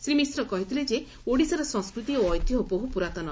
ଶ୍ରୀମିଶ୍ର କହିଥିଲେ ଯେ ଓଡ଼ିଶାର ସଂସ୍କୃତି ଓ ଐତିହ୍ୟ ବହୁ ପୁରାତନ